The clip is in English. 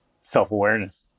self-awareness